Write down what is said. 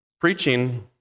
Preaching